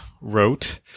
wrote